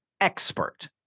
expert